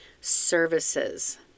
Services